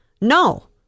No